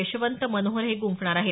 यशवंत मनोहर हे आज गुंफणार आहेत